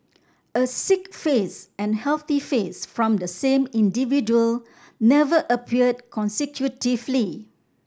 a sick face and healthy face from the same individual never appeared consecutively